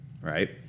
right